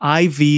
IV